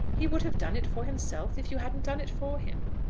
he would have done it for himself if you hadn't done it for him.